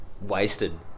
wasted